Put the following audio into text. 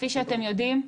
כפי שאתם יודעים,